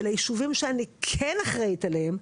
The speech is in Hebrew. שלישובים שאני כן אחראית עליהם,